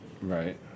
Right